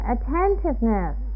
Attentiveness